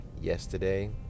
yesterday